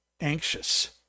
anxious